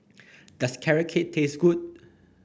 does Carrot Cake taste good